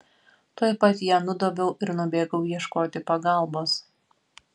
tuoj pat ją nudobiau ir nubėgau ieškoti pagalbos